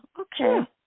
okay